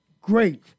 great